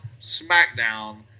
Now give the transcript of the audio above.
SmackDown